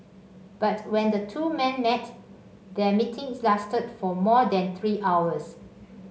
but when the two men met their meeting lasted for more than three hours